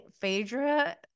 Phaedra